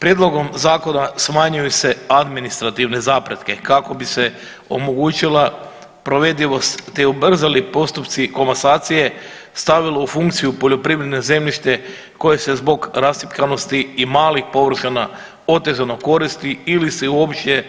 Prijedlogom zakona smanjuju se administrativne zapreke kako bi se omogućila provedivost, te ubrzali postupci komasacije, stavilo u funkciju poljoprivredno zemljište koje se zbog rascjepkanosti i malih površina otežano koristi ili se uopće